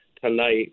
tonight